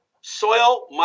soil